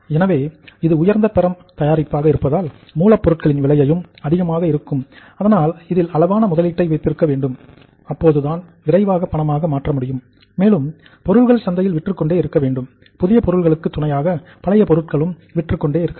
எனவே இது உயர்ந்த தரம் தயாரிப்பாக இருப்பதால் மூலப் பொருளின் விலையும் அதிகமாக இருக்கும் அதனால் இதில் அளவான முதலீட்டை வைத்திருக்க வேண்டும் அப்போதுதான் விரைவாக பணமாக மாற்ற முடியும் மேலும் பொருள் சந்தையில் விற்றுக் கொண்டே இருக்கும் புதிய பொருள்களுக்கு துணையாக பழைய பொருட்களையும் விற்றுக் கொண்டே இருக்கலாம்